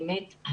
באמת,